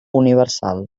universal